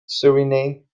suriname